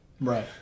right